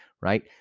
right